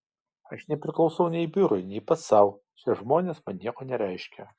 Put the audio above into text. aš nepriklausau nei biurui nei pats sau šie žmonės man nieko nereiškia